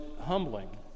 humbling